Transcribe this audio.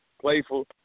playful